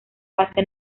base